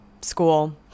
School